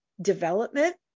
development